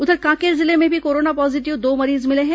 उधर कांकेर जिले में भी कोरोना पॉजीटिव दो मरीज मिले हैं